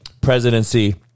presidency